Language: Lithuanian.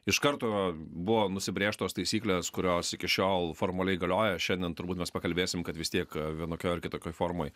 iš karto buvo nusibrėžtos taisyklės kurios iki šiol formaliai galioja šiandien turbūt mes pakalbėsim kad vis tiek vienokiu ar kitokioj formoj